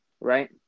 right